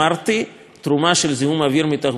התרומה של זיהום אוויר מתחבורה אינה פחותה